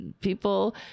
people